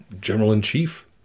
General-in-Chief